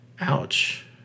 Ouch